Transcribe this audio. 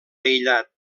aïllat